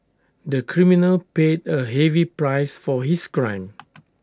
the criminal paid A heavy price for his crime